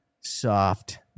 soft